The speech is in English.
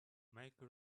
make